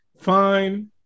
fine